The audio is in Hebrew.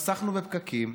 חסכנו בפקקים,